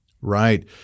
Right